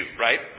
right